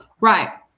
Right